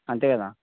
అంతే కదా